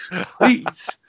Please